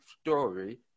story